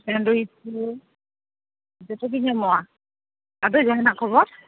ᱥᱮᱞᱮᱱᱰᱚᱭᱤᱥ ᱠᱚ ᱡᱚᱛᱚ ᱜᱮ ᱧᱟᱢᱚᱜᱼᱟ ᱟᱫᱚ ᱡᱟᱦᱟᱸ ᱱᱟᱜ ᱠᱷᱚᱵᱚᱨ